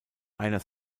einer